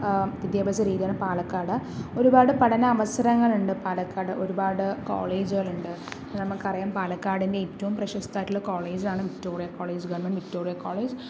വിദ്യാഭ്യാസ രീതിയാണ് പാലക്കാട് ഒരുപാട് പഠന അവസരങ്ങൾ ഉണ്ട് പാലക്കാട് ഒരുപാട് കോളേജുകൾ ഉണ്ട് നമുക്കറിയാം പാലക്കാടിൻ്റെ ഏറ്റവും പ്രശസ്തമായിട്ടുള്ള കോളേജാണ് Victoria College Government Victoria college